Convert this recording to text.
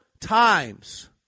times